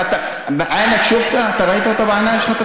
(אומר בערבית ומתרגם:) אתה ראית אותה בעיניים שלך,